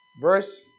Verse